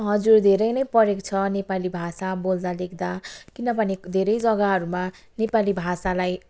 हजुर धेरै नै परेको छ नेपाली भाषा बोल्दा लेख्दा किनभने धेरै जग्गाहरूमा नेपाली भाषालाई